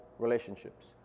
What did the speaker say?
relationships